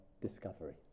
discovery